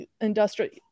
industrial